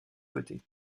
côtés